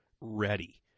ready